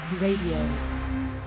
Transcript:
Radio